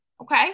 Okay